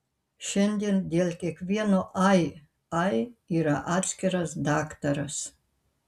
šiandien dėl kiekvieno ai ai yra atskiras daktaras